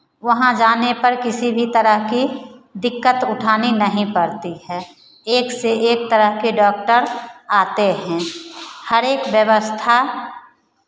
वहाँ जाने पर किसी भी तरह की दिक्कत उठानी नहीं पड़ती है एक से एक तरह के डॉक्टर आते हैं हर एक व्यवस्था